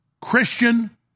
Christian